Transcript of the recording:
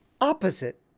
opposite